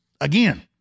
Again